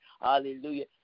Hallelujah